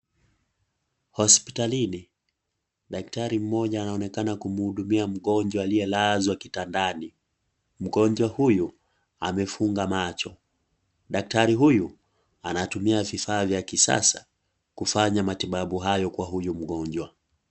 Hosipitalini dakitari mmoja anaonekana kumuhudumia mgonjwa aliye lazwa kitandani, mgojwa huyu amefungwa macho, daktari huyu anatumia vifaa vya kisasa kufanya matibabu hayo kwa huyu mgojwa.